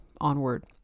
onward